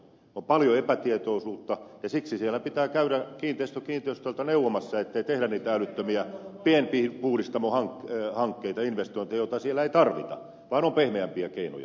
on paljon epätietoisuutta ja siksi siellä pitää käydä kiinteistö kiinteistöltä neuvomassa ettei tehdä niitä älyttömiä pienpuhdistamohankkeita investointeja joita siellä ei tarvita vaan on pehmeämpiä keinoja